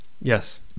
Yes